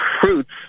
fruits